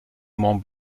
mont